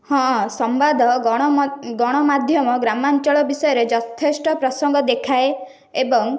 ହଁ ସମ୍ବାଦ ଗଣମା ଗଣମାଧ୍ୟମ ଗ୍ରାମାଞ୍ଚଳ ବିଷୟରେ ଯଥେଷ୍ଟ ପ୍ରସଙ୍ଗ ଦେଖାଏ ଏବଂ